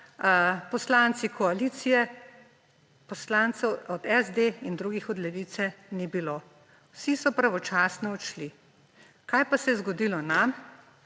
poslancev koalicije, poslancev SD in drugih od Levice ni bilo, vsi so pravočasno odšli. Kaj pa se je zgodilo nam?